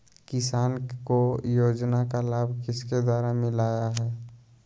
किसान को योजना का लाभ किसके द्वारा मिलाया है?